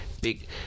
big